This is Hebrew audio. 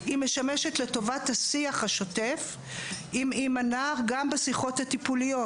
היא משמשת לטובת השיח השוטף עם הנער גם בשיחות הטיפוליות.